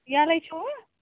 یَلَے چھُوٕ